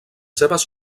seves